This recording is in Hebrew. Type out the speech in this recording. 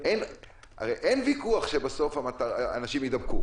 הרי אין ויכוח שבסוף אנשים יידבקו,